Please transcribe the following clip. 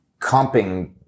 comping